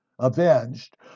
avenged